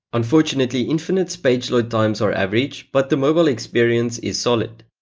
unfortunately, infinite's page load times are average, but the mobile experience is solid.